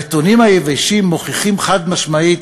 הנתונים היבשים מוכיחים חד-משמעית: